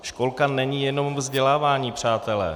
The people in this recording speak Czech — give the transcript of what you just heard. Školka není jenom o vzdělávání, přátelé.